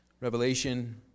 Revelation